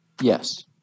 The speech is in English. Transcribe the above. Yes